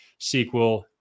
SQL